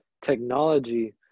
technology